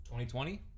2020